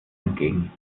entgegen